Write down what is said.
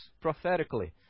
prophetically